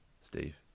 Steve